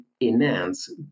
Enhance